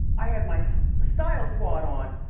i had my style squad on.